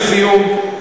לסיום,